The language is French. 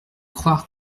croire